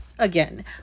Again